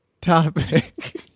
topic